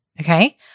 Okay